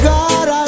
God